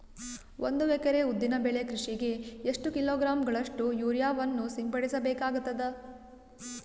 ಒಂದು ಎಕರೆ ಉದ್ದಿನ ಬೆಳೆ ಕೃಷಿಗೆ ಎಷ್ಟು ಕಿಲೋಗ್ರಾಂ ಗಳಷ್ಟು ಯೂರಿಯಾವನ್ನು ಸಿಂಪಡಸ ಬೇಕಾಗತದಾ?